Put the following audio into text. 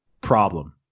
problem